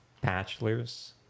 Bachelors